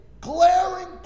glaring